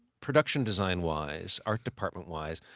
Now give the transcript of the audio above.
production design-wise, art department-wise,